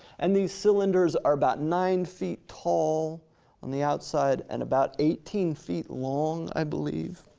and these cylinders are about nine feet tall on the outside and about eighteen feet long, i believe,